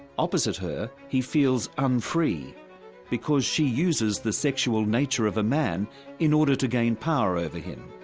opposite her he feels unfree because she uses the sexual nature of a man in order to gain power over him.